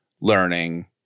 learning